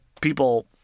people